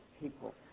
people